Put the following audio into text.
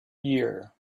year